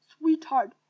sweetheart